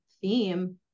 theme